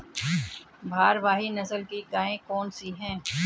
भारवाही नस्ल की गायें कौन सी हैं?